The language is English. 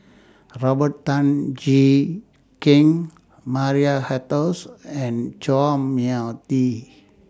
Robert Tan Jee Keng Maria Hertogh and Chua Mia Tee